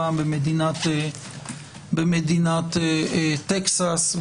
הפעם במדינת טקסס,